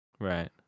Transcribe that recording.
Right